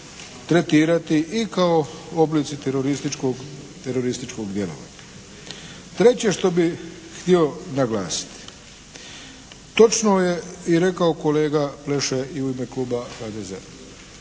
tretirati i kao oblici terorističkog djelovanja. Treće što bih htio naglasiti. Točno je rekao i kolega Pleša i u ime kluba HDZ-a.